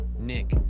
Nick